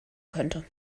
könnte